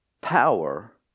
power